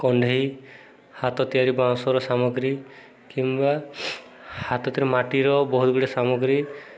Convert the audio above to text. କଣ୍ଢେଇ ହାତ ତିଆରି ବାଉଁଶର ସାମଗ୍ରୀ କିମ୍ବା ହାତ ତିଆରି ମାଟିର ବହୁତ ଗୁଡ଼ଏ ସାମଗ୍ରୀ